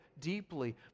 deeply